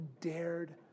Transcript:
dared